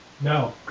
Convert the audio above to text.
No